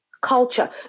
culture